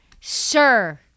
Sir